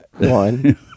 One